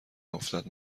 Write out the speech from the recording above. افتد